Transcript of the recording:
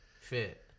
fit